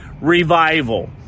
Revival